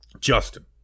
Justin